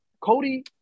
Cody